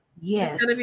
yes